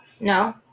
no